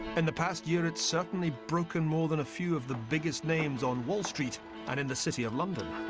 and the past year, it's certainly broken more than a few of the biggest names on wall street and in the city of london.